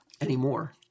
anymore